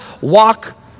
walk